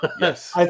Yes